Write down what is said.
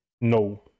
No